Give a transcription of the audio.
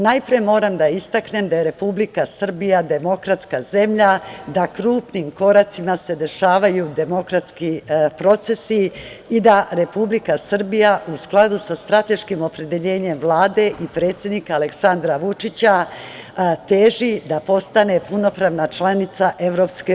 Najpre moram da istaknem da je Republika Srbija demokratska zemlja, da krupnim koracima se dešavaju demokratski procesi i da Republika Srbija u skladu sa strateškim opredeljenjem Vlade i predsednika Aleksandra Vučića teži da postane punopravna članica EU.